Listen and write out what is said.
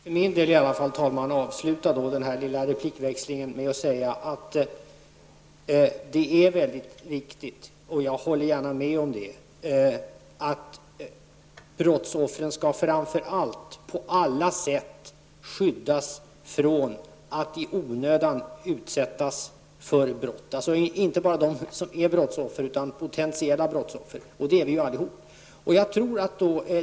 Herr talman! Jag vill för min del avsluta den här replikväxlingen med att säga att jag håller med om att det är viktigt att brottsoffren på alla sätt skall skyddas mot att i onödan utsättas för brott. Detta gäller inte bara brottsoffer utan även potentiella brottsoffer, och det är vi allihop.